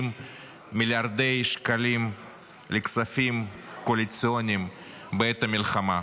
מיליארדי שקלים לכספים קואליציוניים בעת המלחמה.